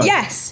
Yes